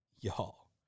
y'all